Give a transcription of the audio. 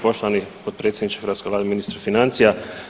Poštovani potpredsjedniče hrvatske Vlade, ministra financija.